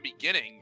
beginning